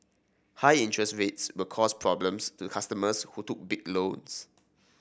high interest rates will cause problems to customers who took big loans